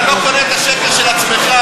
שאתם מפיצים בכל העולם,